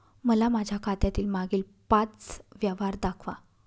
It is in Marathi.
मला माझ्या खात्यातील मागील पांच व्यवहार दाखवा